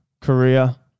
Korea